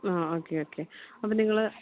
ആ okay okay അപ്പോൾ നിങ്ങൾ